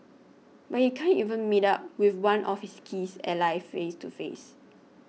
but he can't even meet up with one of his keys allies face to face